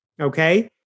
Okay